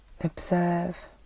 Observe